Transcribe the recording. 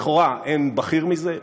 לכאורה אין בכיר מזה.